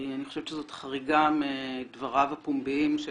אני חושבת שזאת חריגה מדבריו הפומביים של